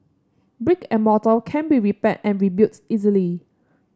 brick and mortar can be repaired and rebuilt easily